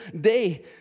day